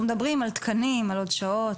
אנחנו מדברים על תקנים, על עוד שעות.